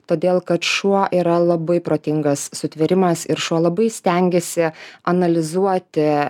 todėl kad šuo yra labai protingas sutvėrimas ir šuo labai stengiasi analizuoti